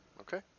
Okay